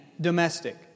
domestic